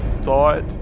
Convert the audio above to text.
thought